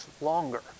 longer